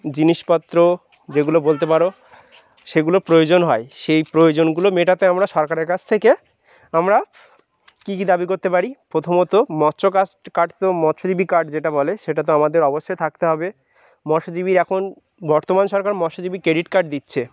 জিনিসপত্র যেগুলো বলতে পারো সেগুলো প্রয়োজন হয় সেই প্রয়োজনগুলো মেটাতে আমরা সরকারের কাছ থেকে আমরা কী কী দাবি করতে পারি প্রথমত মৎস্য কাস কার্ড তো মৎস্যজীবী কার্ড যেটা বলে সেটা তো আমাদের অবশ্যই থাকতে হবে মৎস্যজীবীর এখন বর্তমান সরকার মৎস্যজীবী ক্রেডিট কার্ড দিচ্ছে